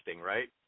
right